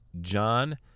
John